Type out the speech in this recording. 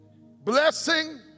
blessing